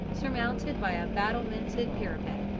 surmounted by a battlemented parapet,